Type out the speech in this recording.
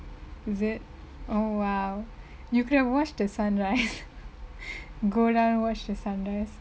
is it oh !wow! you could have watch the sunrise go down watch the sun rise